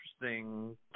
interesting